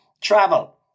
travel